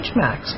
max